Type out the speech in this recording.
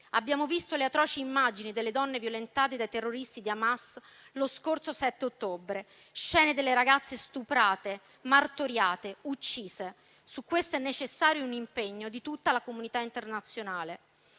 Abbiamo visto le atroci immagini delle donne violentate dai terroristi di Hamas lo scorso 7 ottobre: scene delle ragazze stuprate, martoriate o uccise. Su questo è necessario un impegno di tutta la comunità internazionale.